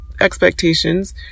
expectations